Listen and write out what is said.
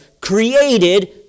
created